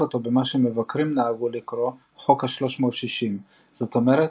אותו במה שמבקרים נהגו לקרוא "חוק 360"; זאת אומרת,